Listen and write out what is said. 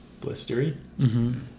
blistery